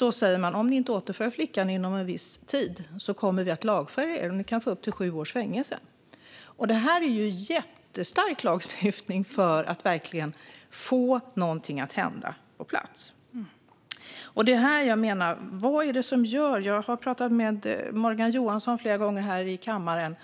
man säga: Om ni inte återför flickan inom en viss tid kommer vi att lagföra er, och ni kan få upp till sju års fängelse. Det är en jättestark lagstiftning för att verkligen få någonting att hända. Jag har pratat om detta med Morgan Johansson flera gånger här i kammaren.